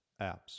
apps